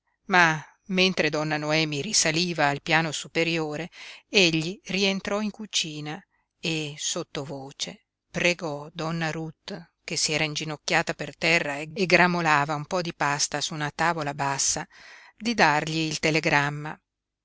ma mentre donna noemi risaliva al piano superiore egli rientrò in cucina e sottovoce pregò donna ruth che si era inginocchiata per terra e gramolava un po di pasta su una tavola bassa di dargli il telegramma